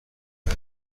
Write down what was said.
اول